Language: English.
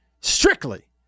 strictly